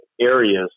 areas